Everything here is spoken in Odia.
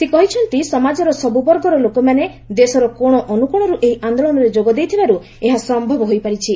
ସେ କହିଛନ୍ତି ସମାଜର ସବ୍ର ବର୍ଗର ଲୋକମାନେ ଦେଶର କୋଣ ଅନ୍ତକୋଶର୍ ଏହି ଆନ୍ଦୋଳନରେ ଯୋଗ ଦେଇଥିବାର୍ ଏହା ସମ୍ଭବ ହୋଇପାରିଛି